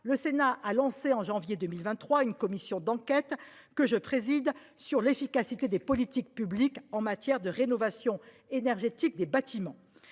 Le Sénat a lancé en janvier 2023 une commission d'enquête que je préside sur l'efficacité des politiques publiques en matière de rénovation énergétique des bâtiments.